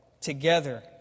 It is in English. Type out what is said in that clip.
Together